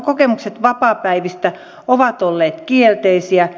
kokemukset vapaapäivistä ovat olleet kielteisiä